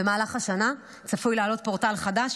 במהלך השנה צפוי לעלות פורטל חדש,